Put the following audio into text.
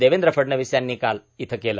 देवेंद्र फडणवीस यांनी काल इयं केलं